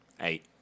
Eight